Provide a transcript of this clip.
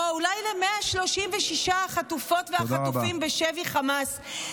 או אולי ל-136 החטופות והחטופים בשבי חמאס.